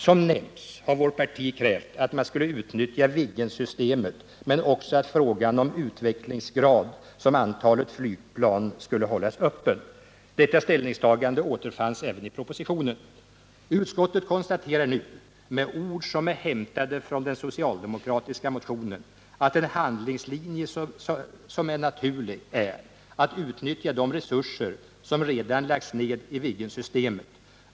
Som nämnts har vårt parti krävt att man skulle utnyttja Viggensystemet men också att frågan om utvecklingsgrad samt antal flygplan skall hållas öppen. Detta ställningstagande återfanns även i propositionen. Utskottet konstaterar nu — med ord som är hämtade från den socialdemokratiska motionen — att en naturlig handlingslinje är att utnyttja de resurser som redan lagts ned i Viggensystemet.